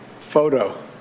photo